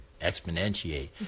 exponentiate